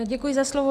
Děkuji za slovo.